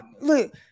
Look